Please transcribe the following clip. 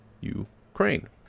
Ukraine